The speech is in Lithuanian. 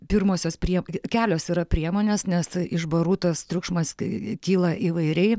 pirmosios prie kelios yra priemonės nes iš barų tas triukšmas kyla įvairiai